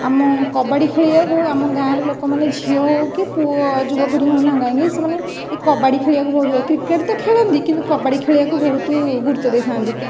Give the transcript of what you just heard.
ଆମ କବାଡ଼ି ଖେଳିବାକୁ ଆମ ଗାଁର ଲୋକମାନେ ଝିଅ ହେଉ କି ପୁଅ ଯୁବପିଢ଼ି ହେଉ ନା କାହିଁକି ସେମାନେ ଏହି କବାଡ଼ି ଖେଳିବାକୁ ବହୁତ କ୍ରିକେଟ୍ ତ ଖେଳନ୍ତି କିନ୍ତୁ କବାଡ଼ି ଖେଳିବାକୁ ବହୁତ ଗୁରୁତ୍ୱ ଦେଇଥାନ୍ତି